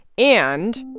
and.